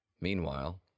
Meanwhile